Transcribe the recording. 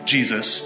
Jesus